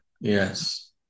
yes